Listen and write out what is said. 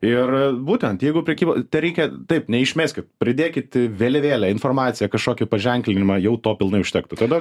ir būtent jeigu prekyba tereikia taip neišmeskit pridėkit vėliavėlę informaciją kažkokį paženklinimą jau to pilnai užtektų tada